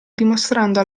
dimostrando